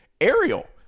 Ariel